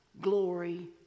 glory